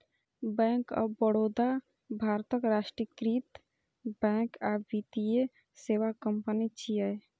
bank of Baroda भारतक राष्ट्रीयकृत bank आ वित्तीय सेवा कंपनी छियै